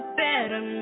better